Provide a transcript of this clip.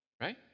right